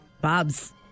Bob's